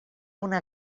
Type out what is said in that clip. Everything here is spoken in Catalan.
una